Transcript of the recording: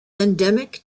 endemic